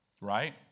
Right